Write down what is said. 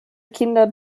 kinder